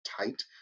tight